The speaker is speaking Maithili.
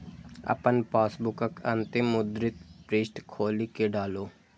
अपन पासबुकक अंतिम मुद्रित पृष्ठ खोलि कें डालू